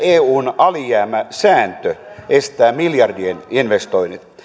eun alijäämäsääntö estävät miljardien investoinnit